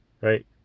Right